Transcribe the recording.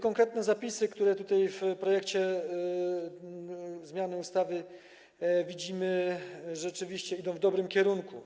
Konkretne zapisy, które w projekcie zmiany ustawy widzimy, rzeczywiście idą w dobrym kierunku.